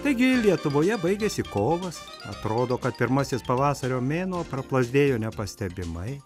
taigi lietuvoje baigiasi kovas atrodo kad pirmasis pavasario mėnuo praplazdėjo nepastebimai